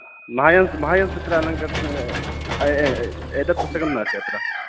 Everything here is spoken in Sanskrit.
सूत्र अलङ्कारः एतत् पुस्तकं नास्ति अत्र